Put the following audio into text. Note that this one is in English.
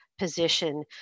position